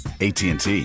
ATT